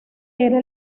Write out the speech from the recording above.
era